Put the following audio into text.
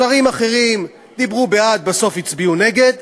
שרים אחרים דיברו בעד, ובסוף הצביעו נגד,